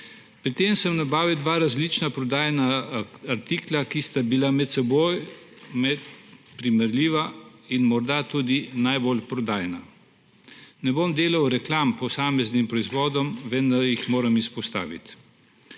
Pri tem sem nabavil dva različna prodajna artikla, ki sta bila med seboj primerljiva in morda tudi najbolj prodajana. Ne bom delal reklam posameznim proizvodom, vendar jih moram izpostaviti.